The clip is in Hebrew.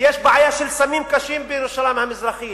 ויש בעיה של סמים קשים בירושלים המזרחית,